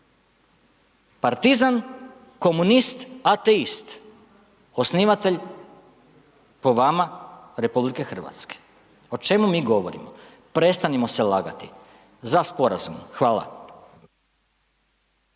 partizan, komunist, ateist, osnivatelj po vama, RH. O čemu mi govorimo? Prestanimo se lagati za sporazum. Hvala.